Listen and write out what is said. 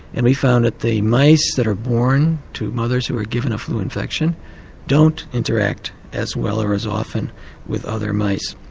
and we found that the mice that are born to mothers who are given a flu infection don't interact as well or as often with other mice.